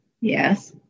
yes